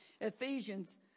Ephesians